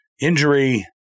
injury